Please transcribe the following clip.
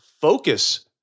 focus